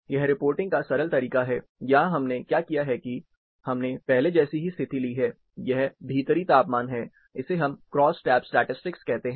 यह रिपोर्टिंग का एक सरल तरीका है यहां हमने क्या किया है की हमने पहले जैसी ही स्थिति ली है यह भीतरी तापमान है इसे हम क्रॉसटैब स्टैटिसटिक्स कहते हैं